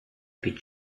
під